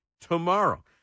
tomorrow